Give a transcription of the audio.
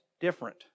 different